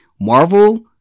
Marvel